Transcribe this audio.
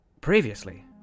Previously